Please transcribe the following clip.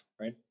Right